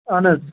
اَہَن حظ